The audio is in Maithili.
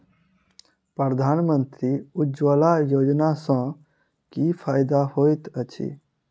प्रधानमंत्री उज्जवला योजना सँ की फायदा होइत अछि?